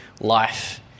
life